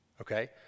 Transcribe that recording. Okay